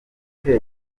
buri